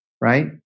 right